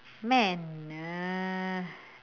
man err